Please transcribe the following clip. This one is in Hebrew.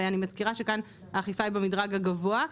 ואני מזכירה שכאן האכיפה היא במדרג הגבוה.